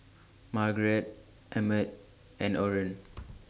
Margeret Emmett and Orren